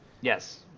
Yes